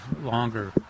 longer